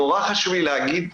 נורא חשוב לי להגיד,